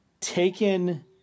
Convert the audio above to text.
taken